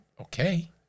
okay